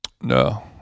No